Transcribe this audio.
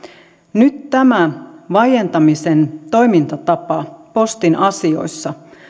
nyt tämä vaientamisen toimintatapa postin asioissa